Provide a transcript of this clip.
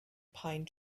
pine